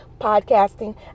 podcasting